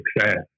success